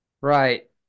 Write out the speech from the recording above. Right